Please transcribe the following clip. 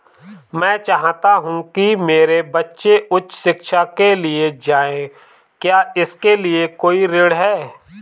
मैं चाहता हूँ कि मेरे बच्चे उच्च शिक्षा के लिए जाएं क्या इसके लिए कोई ऋण है?